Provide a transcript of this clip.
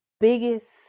biggest